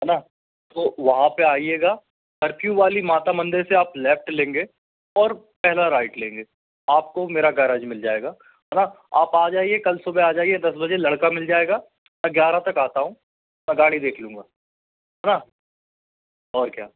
है ना तो वहाँ पे आइयेगा कर्फ्यू वाली माता मंदिर से आप लेफ्ट लेंगे और पहला राइट लेंगे आपको मेरा गैराज मिल जाएगा है ना आप आ जाइए कल सुबह आ जाइए दस बजे लड़का मिल जाएगा मैं ग्यारह बजे तक आता हूँ तो गाड़ी देख लूंगा है ना और क्या